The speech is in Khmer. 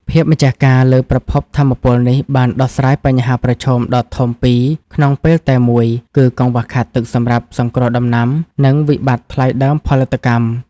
ភាពម្ចាស់ការលើប្រភពថាមពលនេះ បានដោះស្រាយបញ្ហាប្រឈមដ៏ធំពីរក្នុងពេលតែមួយ គឺកង្វះខាតទឹកសម្រាប់សង្គ្រោះដំណាំ និងវិបត្តិថ្លៃដើមផលិតកម្ម។